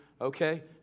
okay